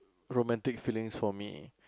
romantic feelings for me